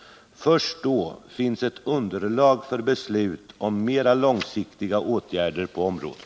Först då finns ett underlag för beslut om mera långsiktiga åtgärder på området.